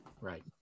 right